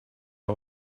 her